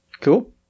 Cool